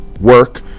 work